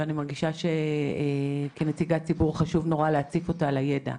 ואני מרגישה שכנציגת ציבור חשוב נורא להציף אותה לידע.